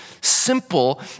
simple